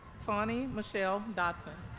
tawny michelle dotson